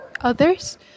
others